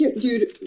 dude